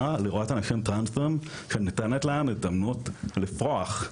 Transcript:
לראות אנשים טרנסים שניתנת להם הזדמנות לפרוח.